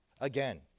Again